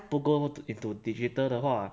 不 go into digital 的话